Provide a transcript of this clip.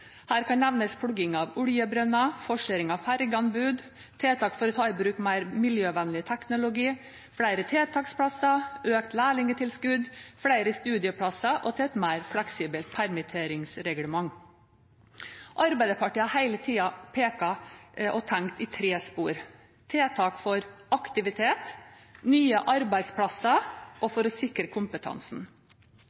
Her kan nevnes plugging av oljebrønner, forsering av fergeanbud, tiltak for å ta i bruk mer miljøvennlig teknologi, flere tiltaksplasser, økt lærlingtilskudd, flere studieplasser og et mer fleksibelt permitteringsreglement. Arbeiderpartiet har hele tiden pekt på og tenkt i tre spor: tiltak for aktivitet, tiltak for nye arbeidsplasser og